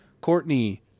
Courtney